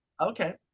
Okay